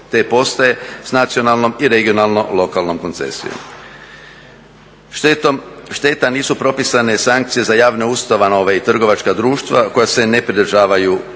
te postaje s nacionalnom i regionalnom lokalnom koncesijom. Šteta, nisu propisane sankcije za javne ustanove i trgovačka društva koja se ne pridržavaju tog